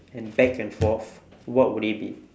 and back and forth what would it be